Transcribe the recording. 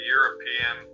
European